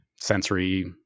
sensory